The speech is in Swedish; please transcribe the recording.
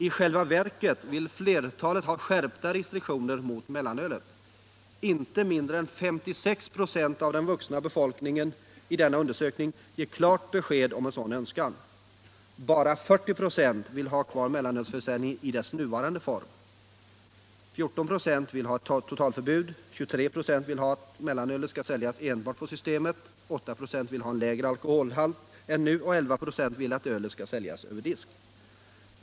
I själva verket vill flertalet ha skärpta restriktioner mot mellanölet. Inte mindre än 56 96 av den vuxna befolkningen i denna undersökning ger klart besked om en sådan önskan. Bara 40 96 vill ha kvar mellanölsförsäljningen i dess nuvarande form. 14 96 vill ha totalförbud, 23 96 vill att mellanölet skall säljas enbart på Systemet, 8 ?6 vill ha lägre al koholhalt än nu och 11 96 vill att ölet skall säljas över disk.